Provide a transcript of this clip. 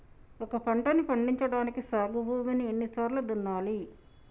ఒక పంటని పండించడానికి సాగు భూమిని ఎన్ని సార్లు దున్నాలి?